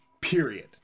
period